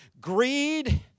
Greed